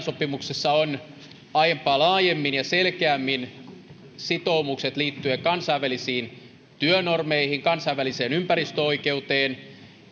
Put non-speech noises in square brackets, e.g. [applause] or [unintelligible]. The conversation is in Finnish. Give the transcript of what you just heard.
[unintelligible] sopimuksessa on aiempaa laajemmin ja selkeämmin sitoumukset liittyen kansainvälisiin työnormeihin kansainväliseen ympäristöoikeuteen